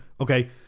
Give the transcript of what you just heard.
Okay